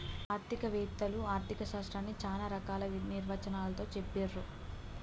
ఆర్థిక వేత్తలు ఆర్ధిక శాస్త్రాన్ని చానా రకాల నిర్వచనాలతో చెప్పిర్రు